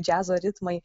džiazo ritmai